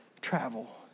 Travel